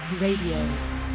Radio